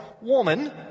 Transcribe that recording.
woman